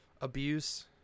abuse